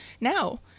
now